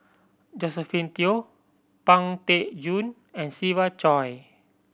Josephine Teo Pang Teck Joon and Siva Choy